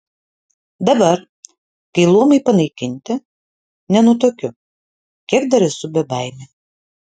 dabar kai luomai panaikinti nenutuokiu kiek dar esu bebaimė